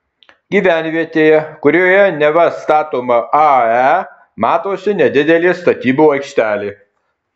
gyvenvietėje kurioje neva statoma ae matosi nedidelė statybų aikštelė